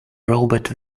robot